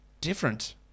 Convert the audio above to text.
different